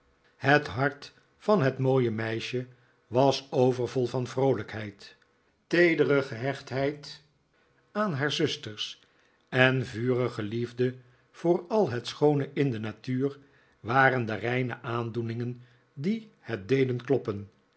het hart van het mooie meisje was overvol van vroolijkheid teedere gehechtheid aan haar zusters en vurige liefde voor al het schoone in de natuur waren de reine aandoeningen die het deden kloppen